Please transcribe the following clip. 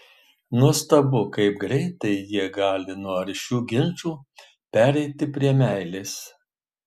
nuostabu kaip greitai jie gali nuo aršių ginčų pereiti prie meilės